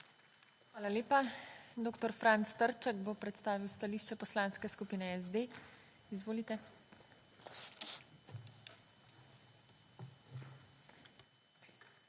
Hvala lepa. Dr. Franc Trček bo predstavil stališče Poslanske skupine SD. Izvolite.